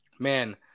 Man